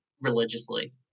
religiously